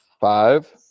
five